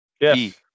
Yes